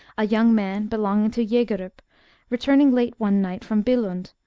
a young man belonging to jagerup returning late one night from billund,